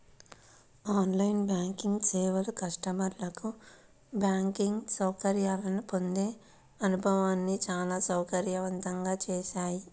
on line banking సేవలు కస్టమర్లకు banking సౌకర్యాలను పొందే అనుభవాన్ని చాలా సౌకర్యవంతంగా చేశాయి